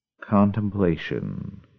contemplation